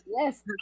Yes